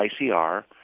ICR